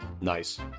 nice